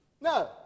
No